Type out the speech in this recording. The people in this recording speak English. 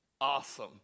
Awesome